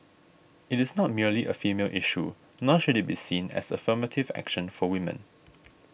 it is not merely a female issue nor should it be seen as a affirmative action for women